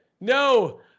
No